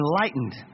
enlightened